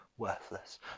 worthless